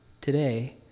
today